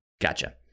Gotcha